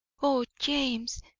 o james,